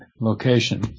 location